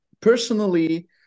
personally